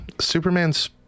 Superman's